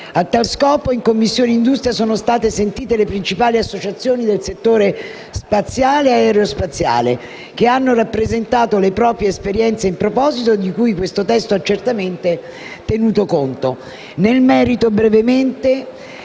A tale scopo, in Commissione industria sono state sentite le principali associazioni del settore spaziale e aerospaziale, che hanno rappresentato le proprie esperienze in proposito, di cui questo testo ha certamente tenuto conto. Nel merito, brevemente,